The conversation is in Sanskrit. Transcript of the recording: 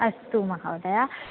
अस्तु महोदया